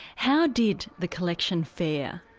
how did the collection fare?